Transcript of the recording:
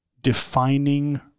defining